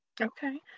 Okay